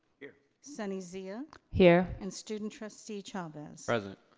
here. sunny zia. here. and student trustee chavez. present.